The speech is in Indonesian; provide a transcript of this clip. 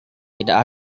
tidak